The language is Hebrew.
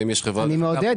אני מעודד.